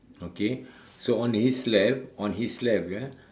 okay so on his left on his left eh